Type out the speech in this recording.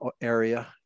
area